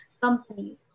companies